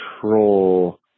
control